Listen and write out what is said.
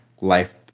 life